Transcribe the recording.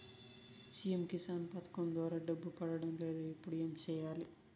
CM Kisan పథకం ద్వారా డబ్బు పడడం లేదు ఇప్పుడు ఏమి సేయాలి